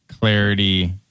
clarity